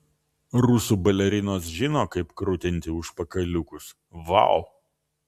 rusų balerinos žino kaip krutinti užpakaliukus vau